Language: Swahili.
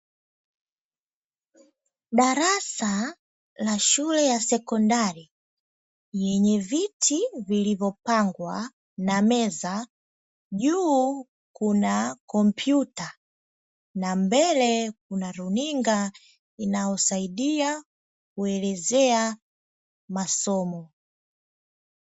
Darasa la shule ya sekondari lenye viti vilivopangwa na meza, juu kuna kompyuta na mbele kuna runinga, inayosaidia kuelezea masomo.